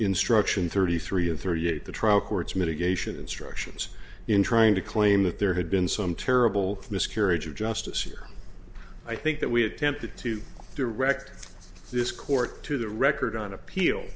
instruction thirty three and thirty eight the trial court's mitigation instructions in trying to claim that there had been some terrible miscarriage of justice here i think that we attempted to direct this court to the record on